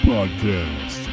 Podcast